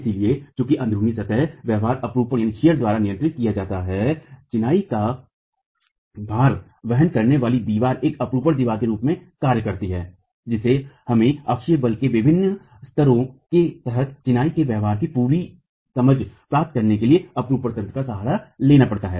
इसलिए चूंकि अन्ध्रुनी सतह व्यवहार अपरूपण द्वारा नियंत्रित किया जाता है चिनाई का भहर वहन करने वाली दीवार एक अपरूपण दीवार के रूप में कार्य करती है जिसे हमें अक्षीय बल के विभिन्न स्तरों के तहत चिनाई के व्यवहार की पूरी समझ प्राप्त करने के लिए अपरूपण तंत्र का सहारा लेना पड़ता है